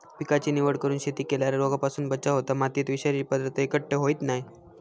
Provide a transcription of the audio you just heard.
पिकाची निवड करून शेती केल्यार रोगांपासून बचाव होता, मातयेत विषारी पदार्थ एकटय होयत नाय